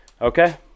Okay